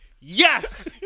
Yes